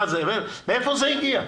מאיפה זה הגיע?